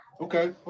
Okay